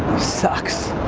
sucks.